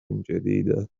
جديدة